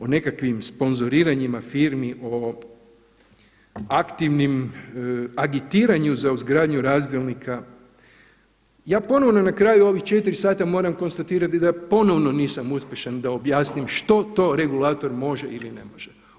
O nekakvim sponzoriranjima firmi o aktivnim agitiranju za ugradnju razdjelnika ja ponovno na kraju ovih 4 sata moram konstatirati da ponovno nisam uspješan da objasnim što to regulator može ili ne može.